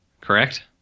Correct